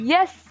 Yes